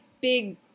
big